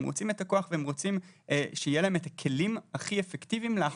הם רוצים את הכוח והם רוצים שיהיו להם הכלים הכי אפקטיביים לאכוף,